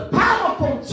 powerful